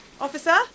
Officer